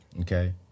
okay